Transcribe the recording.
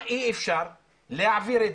אי אפשר להעביר את